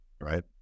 right